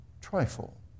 trifle